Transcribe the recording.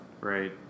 Right